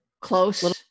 close